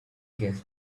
case